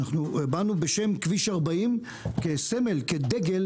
באנו בשם כביש 40 כסמל, כדגל